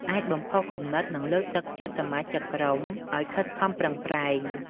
អាចបំផុសគំនិត និងលើកទឹកចិត្តសមាជិកក្រុមឱ្យខិតខំប្រឹងប្រែង។